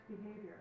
behavior